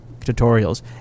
tutorials